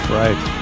right